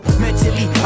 mentally